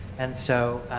and so